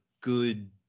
good